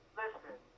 listen